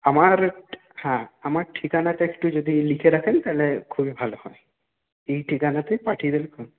আমার হ্যাঁ আমার ঠিকানাটা একটু যদি লিখে রাখেন তাহলে খুবই ভালো হয় এই ঠিকানাতেই পাঠিয়ে দেবেন